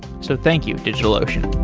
so thank you, digitalocean